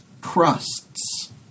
crusts